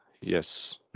Yes